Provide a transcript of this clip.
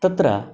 तत्र